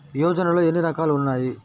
యోజనలో ఏన్ని రకాలు ఉన్నాయి?